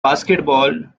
basketball